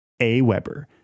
AWeber